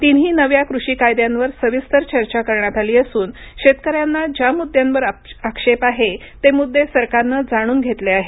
तिन्ही नव्या कृषी कायद्यांवर सविस्तर चर्चा करण्यात आली असून शेतकऱ्यांना ज्या मुद्द्यांवर आक्षेप आहे ते मुद्दे सरकारनं जाणून घेतले आहेत